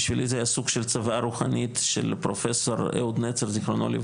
בשבילי זה היה סוג של צוואה רוחנית של פרופ' אהוד נצר ז"ל,